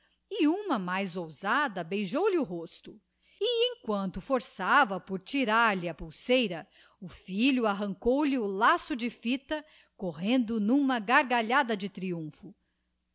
e uma mais ousada beijou-lhe o rosto e emquanto forçax a por tirar-lhe a pulseira o filho arrancou-lhe o laço de lita correndo n'uma gargalhada de triumpho